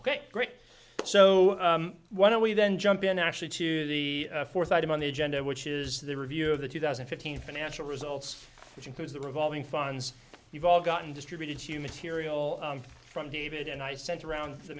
ok great so why don't we then jump in actually to the fourth item on the agenda which is the review of the two thousand and fifteen financial results which includes the revolving funds we've all gotten distributed to material from david and i sent around the